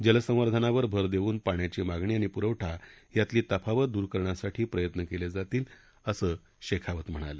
जलसंवर्धनावर भर देऊन पाण्याची मागणी आणि पुरवठा यातली तफावत दूर करण्यासाठी प्रयत्न करण्यात येतील असं शेखावत म्हणाले